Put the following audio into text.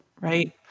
right